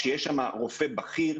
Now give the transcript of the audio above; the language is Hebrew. שיהיה שם רופא בכיר,